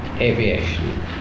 aviation